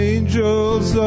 Angels